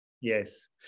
Yes